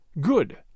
Good